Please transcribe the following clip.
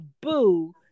boo